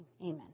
amen